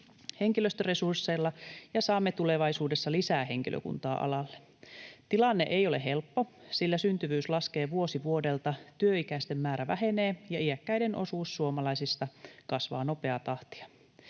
henkilöstöresursseilla ja saamme tulevaisuudessa lisää henkilökuntaa alalle. Tilanne ei ole helppo, sillä syntyvyys laskee vuosi vuodelta, työikäisten määrä vähenee ja iäkkäiden osuus suomalaisista kasvaa nopeaa tahtia.